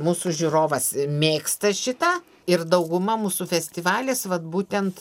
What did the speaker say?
mūsų žiūrovas mėgsta šitą ir dauguma mūsų festivalis vat būtent